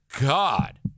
God